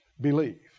believe